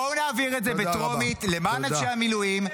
בואו נעביר את זה בטרומית למען אנשי המילואים,